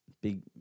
Big